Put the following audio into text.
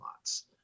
lots